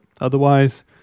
otherwise